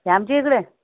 ते आमचे इकडे